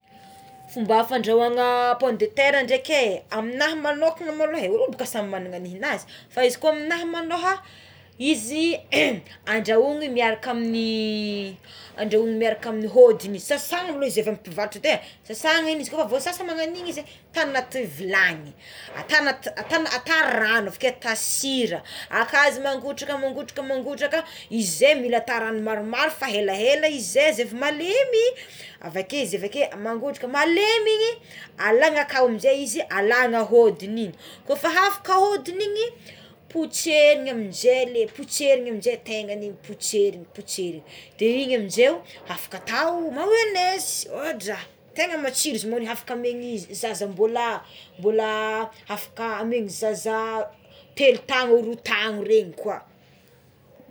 Fomba fandrahogna pomme de terra dreké amignahy manokana malohé olo bôka samy manana nenazy fa izy ko amigna maloho izy andrahoina miaraka amigny andrahoina miaraka amigny hôdigny sasana aloha izy le avy amigny mpivarotra edé sasana izy ko refa voasasa magnagno igny izy ata anaty vilany ata anaty ata ata rano aveké ata sira aka azy mangotraka mangotraka mangotraka izy ze mila ata rano maromaro fa helahela izy zay zay vao malemy avake izy avake mangotraka malemy igny alagnaz aka amizay izy alagna hôdigny igny, kôfa hafaka hôdigny igny potseriny amizay potseriny amizay tegnany igny potseriny potseriny de igny amizay o afaka atao mayonnaise odra tegna matsiro izy moa, afaky amegny zaza mbola mbola afaka amegny zaza taogno roa taogno regny koa.